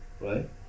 right